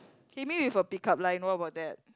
hit me with a pick up line what about that